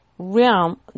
realm